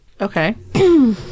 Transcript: okay